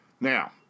Now